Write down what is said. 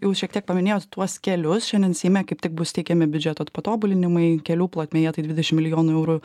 jau šiek tiek paminėjot tuos kelius šiandien seime kaip tik bus teikiami biudžeto patobulinimai kelių plotmėje tai dvidešimt milijonų eurų